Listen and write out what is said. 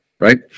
right